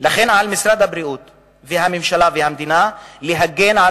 על משרד הבריאות והממשלה והמדינה להגן על